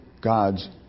God's